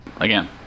again